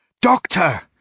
Doctor